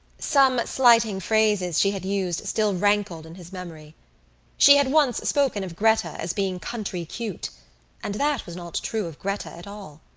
some slighting phrases she had used still rankled in his memory she had once spoken of gretta as being country cute and that was not true of gretta at all.